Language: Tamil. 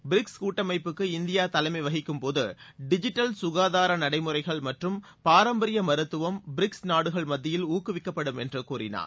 பிரிக்ஸ் கூட்டமைப்புக்கு இந்தியா தலைமை வகிக்கும்போது டிஜிட்டல் குகாதார நடைமுறைகள் மற்றும் பாரம்பரிய மருத்துவம் பிரிக்ஸ் நாடுகள் மத்தியில் ஊக்குவிக்குவிக்கப்படும் என்று கூறினார்